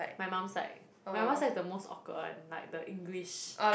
my mum side my mum side is the most awkward one like the English